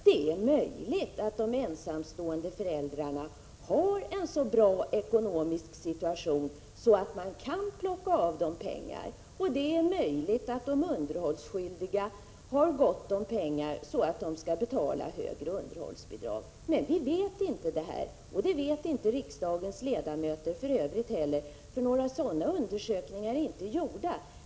Det är möjligt att de ensamstående har en så bra ekonomisk situation att man kan plocka av dem pengar, och det är möjligt att de underhållsskyldiga har gott om pengar så att de skall betala högre underhållsbidrag. Men vi vet inte detta, och det vet för övrigt inte riksdagens ledamöter heller. Några sådana undersökningar är inte gjorda.